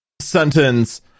sentence